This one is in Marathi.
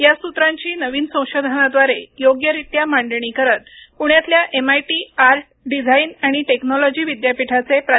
या सूत्रांची नवीन संशोधनाद्वारे योग्यरित्या मांडणी करत पुण्यातील एमआयटी आर्ट डिझाईन आणि टेक्नॉलॉजी विद्यापीठाचे प्रा